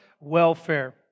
welfare